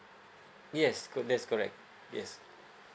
yes that's correct yes